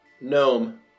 gnome